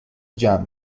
جمع